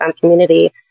community